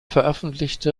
veröffentlichte